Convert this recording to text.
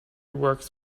works